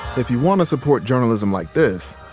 if you want to support journalism like this,